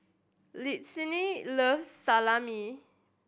Lindsey loves Salami